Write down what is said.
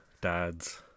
dads